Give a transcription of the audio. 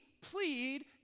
plead